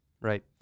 Right